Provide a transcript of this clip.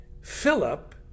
philip